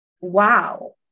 Wow